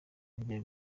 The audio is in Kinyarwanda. agiye